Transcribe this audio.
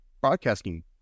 Broadcasting